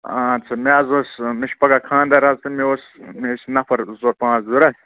آدٕ سا مےٚ حظ اوس مےٚ چھِ پگاہ خانٛدَر حظ تہٕ مےٚ اوس مےٚٲسۍ نَفر زٕ ژور پانٛژھ ضرورت